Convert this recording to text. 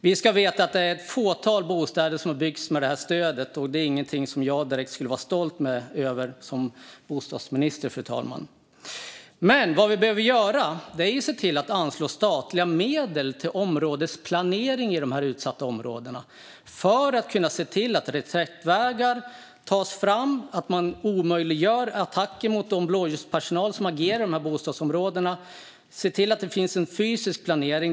Vi ska veta att det bara är ett fåtal bostäder som har byggts med det här stödet, och det är inget som jag direkt skulle vara stolt över som bostadsminister, fru talman. Vad vi behöver göra är att anslå statliga medel till områdesplanering i de utsatta områdena för att se till att reträttvägar tas fram och att man omöjliggör attacker mot blåljuspersonal som agerar i dessa bostadsområden. Man behöver se till att det finns en fysisk planering.